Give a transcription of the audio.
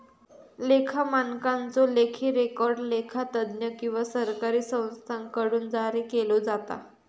लेखा मानकांचो लेखी रेकॉर्ड लेखा तज्ञ किंवा सरकारी संस्थांकडुन जारी केलो जाता